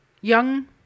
young